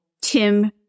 Tim